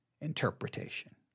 interpretation